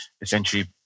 essentially